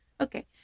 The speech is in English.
Okay